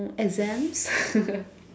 exams